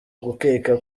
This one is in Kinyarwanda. gukeka